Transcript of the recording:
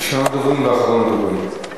ראשון הדוברים ואחרון הדוברים.